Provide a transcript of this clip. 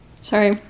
Sorry